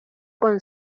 con